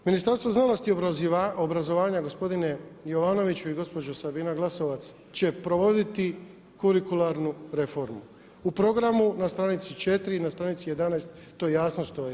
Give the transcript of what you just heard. Ministarstvo znanosti i obrazovanja gospodine Jovanoviću i gospođo Sabina Glasovac će provoditi kurikularnu reformu u programu na stranici 4. i na stranici 11. to jasno stoji.